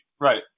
Right